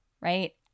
right